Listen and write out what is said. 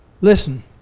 listen